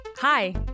Hi